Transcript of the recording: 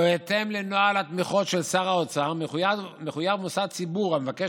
בהתאם לנוהל התמיכות של שר האוצר מחויב מוסד ציבור המבקש